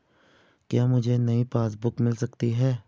क्या मुझे नयी पासबुक बुक मिल सकती है?